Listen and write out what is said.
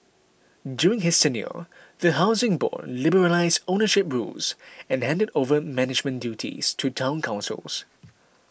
during his tenure the Housing Board liberalised ownership rules and handed over management duties to Town Councils